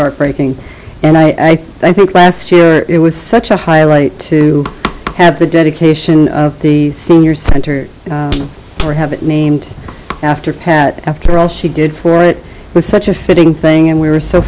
heartbreaking and i think last year it was such a high right to have the dedication of the senior center or have it named after pat after all she did for it was such a fitting thing and we were so